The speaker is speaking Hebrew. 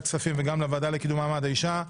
הכספים וגם לוועדה לקידום מעמד האישה.